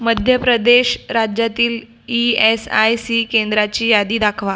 मध्यप्रदेश राज्यातील E S I C केंद्राची यादी दाखवा